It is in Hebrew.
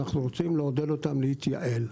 ואנחנו רוצים לעודד אותן להתייעל.